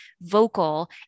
vocal